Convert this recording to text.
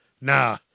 Nah